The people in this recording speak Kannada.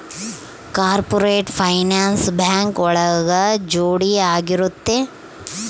ಕಾರ್ಪೊರೇಟ್ ಫೈನಾನ್ಸ್ ಬ್ಯಾಂಕ್ ಒಳಗ ಜೋಡಿ ಆಗಿರುತ್ತೆ